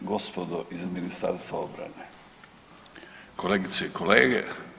Gospodo iz Ministarstva obrane, kolegice i kolege.